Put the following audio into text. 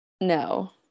no